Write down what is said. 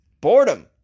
Boredom